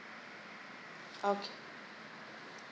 okay